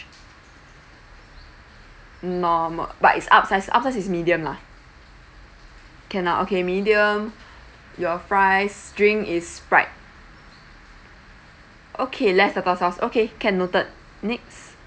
normal but it's upsize upsize is medium lah can ah okay medium your fries drink is sprite okay less tartar sauce okay can noted next